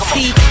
See